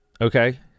okay